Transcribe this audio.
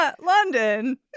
London